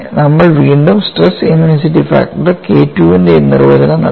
നമ്മൾ വീണ്ടും stress intensity factor K II ൻറെ നിർവചനം നൽകും